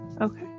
Okay